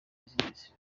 business